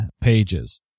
pages